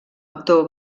actor